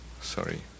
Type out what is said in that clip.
sorry